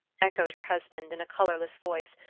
echoed her husband in a colourless voice,